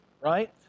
right